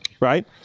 right